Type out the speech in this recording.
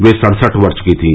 वह सड़सठ वर्ष की थीं